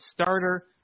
starter